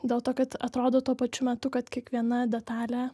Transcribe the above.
dėl to kad atrodo tuo pačiu metu kad kiekviena detalė